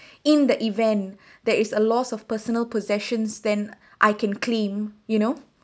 in the event that is a loss of personal possessions then I can claim you know